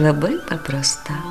labai paprasta